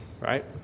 right